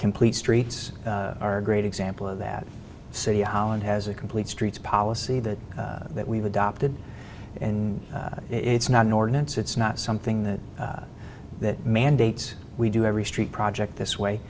complete streets are a great example of that city island has a complete streets policy that that we've adopted and it's not an ordinance it's not something that that mandates we do every street project this way